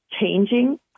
changing